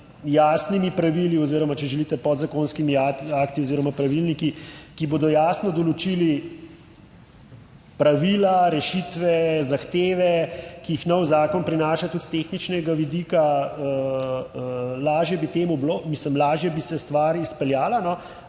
jasnimi pravili oziroma, če želite podzakonskimi akti oziroma pravilniki, ki bodo jasno določili pravila, rešitve, zahteve, ki jih nov zakon prinaša tudi s tehničnega vidika, lažje bi temu bilo, mislim, lažje bi se stvar izpeljala, no,